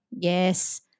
Yes